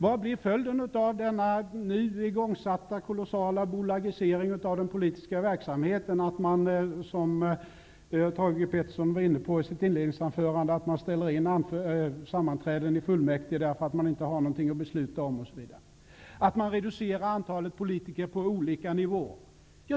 Vad blir följden av den nu igångsatta kolossala bolagiseringen av den politiska verksamheten, av att man, som Thage G Peterson var inne på i sitt inledningsanförande, ställer in sammanträden i fullmäktige därför att man inte har något att besluta om osv.? Vad blir följden av att man reducerar antalet politiker på olika nivåer?